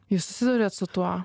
jūs susiduriat su tuo